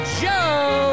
joe